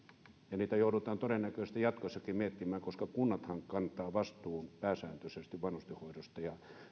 niitä joudutaan todennäköisesti jatkossakin miettimään koska kunnathan pääsääntöisesti kantavat vastuun vanhustenhoidosta ja